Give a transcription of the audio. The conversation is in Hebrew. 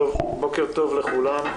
בוקר טוב לכולם.